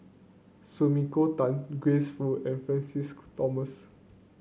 Sumiko Tan Grace Fu and Francis Thomas